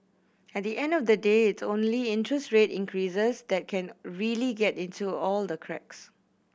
at the end of the day it's only interest rate increases that can really get into all the cracks